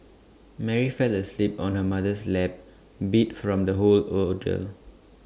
Mary fell asleep on her mother's lap beat from the whole ordeal